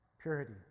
purity